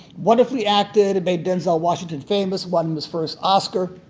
wonderfully acted. it made denzel washington famous, won his first oscar.